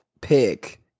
pick